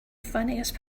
funniest